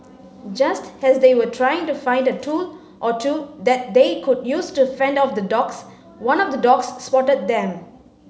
just as they were trying to find a tool or two that they could use to fend off the dogs one of the dogs spotted them